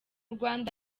rwanda